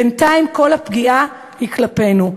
בינתיים כל הפגיעה היא כלפינו.